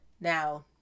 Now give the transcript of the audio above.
Now